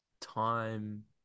time